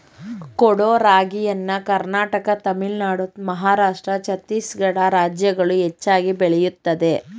ಕೊಡೋ ರಾಗಿಯನ್ನು ಕರ್ನಾಟಕ ತಮಿಳುನಾಡು ಮಹಾರಾಷ್ಟ್ರ ಛತ್ತೀಸ್ಗಡ ರಾಜ್ಯಗಳು ಹೆಚ್ಚಾಗಿ ಬೆಳೆಯುತ್ತದೆ